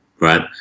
right